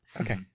Okay